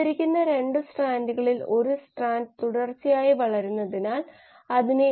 ഇത് നിരീക്ഷിക്കുന്നത് എളുപ്പമല്ല പക്ഷേ A നോഡിൽ ഇത് സംഭവിച്ചിട്ടുണ്ടെങ്കിൽ ഇത് സംഭവിച്ചുവെന്ന് നമുക്ക് പറയാം